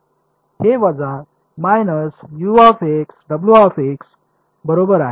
हे वजा बरोबर आहे